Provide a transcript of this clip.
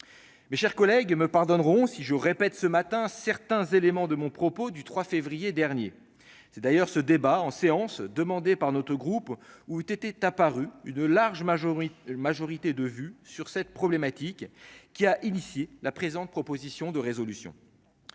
mes chers collègues me pardonneront si je répète ce matin, certains éléments de mon propos, du 3 février dernier, c'est d'ailleurs ce débat en séance demandée par notre groupe août était apparu une large majorité le majorité de vue sur cette problématique qui a initié la présente proposition de résolution,